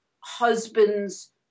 husbands